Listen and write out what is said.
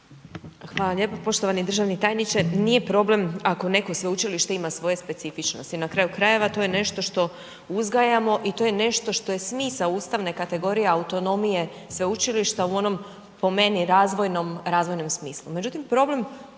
Hvala. Poštovani državni tajniče nije problem ako neko sveučilište ima svoje specifičnosti, na kraju krajeva to je nešto što uzgajamo i to je nešto što je smisao ustavne kategorije autonomije sveučilišta u onom, po meni, razvojnom smislu.